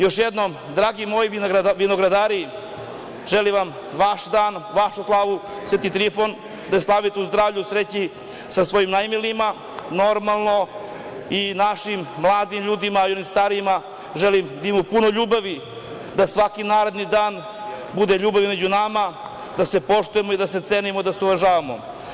Još jednom, dragi moji vinogradari, želim vam da vaš dan, vašu slavu Sveti Trifun slavite u zdravlju i sreći sa svojim najmilijima, normalno, i našim mladim ljudima i onim starijima želim da imaju puno ljubavi, da svaki naredni dan bude ljubavi među nama, da se poštujemo, da se cenimo i da se uvažavamo.